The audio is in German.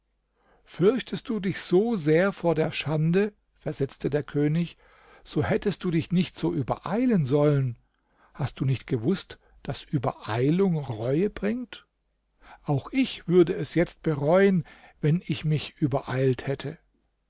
fürchtest du dich so sehr vor der schande versetzte der könig so hättest du dich nicht so übereilen sollen hast du nicht gewußt daß übereilung reue bringt auch ich würde es jetzt bereuen wenn ich mich übereilt hätte